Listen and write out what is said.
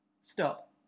stop